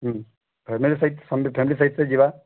ହୁଁ family family ସହିତ ଯିବା